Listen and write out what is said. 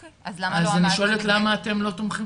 אז אני שואלת למה אתם לא תומכים?